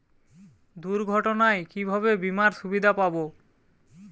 দুর্ঘটনায় কিভাবে বিমার সুবিধা পাব?